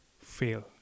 fail